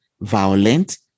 violent